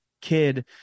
kid